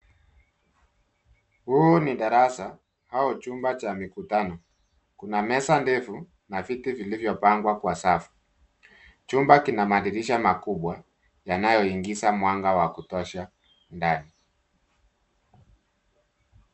Huu ni darasa au chumba cha mikutano Kuna meza ndefu na viti viliyopangwa kwa safu, chumba kina madirisha makubwa yanayoingisha mwanga wa kutosha ndani.